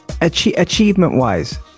Achievement-wise